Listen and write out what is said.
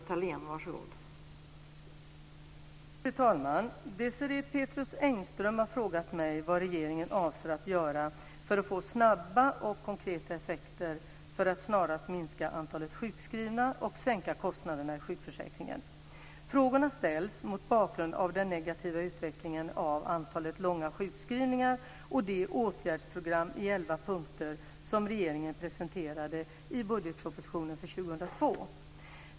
Fru talman! Désirée Pethrus Engström har frågat mig vad regeringen avser att göra för att få snabba och konkreta effekter för att snarast minska antalet sjukskrivna och sänka kostnaderna i sjukförsäkringen. Frågorna ställs mot bakgrund av den negativa utvecklingen av antalet långa sjukskrivningar och det åtgärdsprogram i elva punkter som regeringen presenterade i budgetpropositionen för 2002.